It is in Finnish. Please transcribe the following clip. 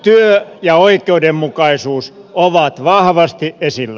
työ ja oikeudenmukaisuus ovat vahvasti esillä